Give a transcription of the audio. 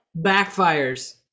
backfires